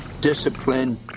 discipline